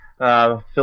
Phil